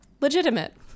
Legitimate